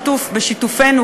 בשיתופנו,